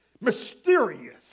mysterious